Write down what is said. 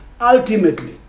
ultimately